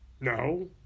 No